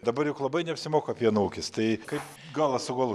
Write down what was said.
dabar juk labai neapsimoka pieno ūkis tai kaip galą su galu